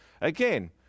Again